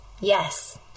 yes